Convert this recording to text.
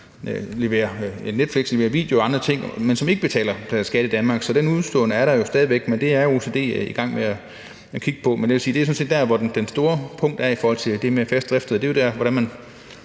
Netflix eller video eller andre ting, og som ikke betaler skat i Danmark. Det udestående er der jo stadig væk, men det er OECD i gang med at kigge på. Men jeg vil sige, at det sådan set er der, hvor den store pukkel er i forhold til det med fast driftssted. Altså, det er jo, hvordan man